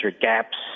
gaps